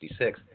1966